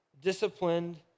disciplined